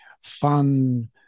fun